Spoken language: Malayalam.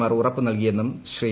മാർ ഉറപ്പുനൽകിയെന്നും ശ്രീ